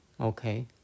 Okay